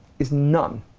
is none.